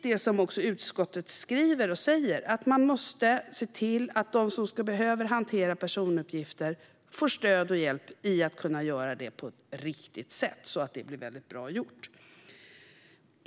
Det som utskottet skriver och säger är viktigt - att vi måste se till att de som behöver hantera personuppgifter får stöd och hjälp i att kunna göra detta på ett riktigt sätt så att det blir bra gjort.